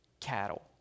cattle